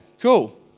cool